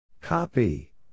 Copy